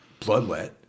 Bloodlet